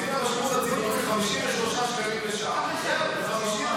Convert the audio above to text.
מציעים לה בשירות הציבורי 53 שקלים לשעה וזהו.